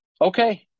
Okay